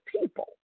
people